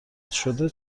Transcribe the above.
شده